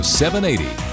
780